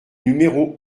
numéro